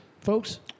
folks